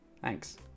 Thanks